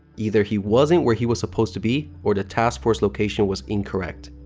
either he wasn't where he was supposed to be or the task force location was incorrect.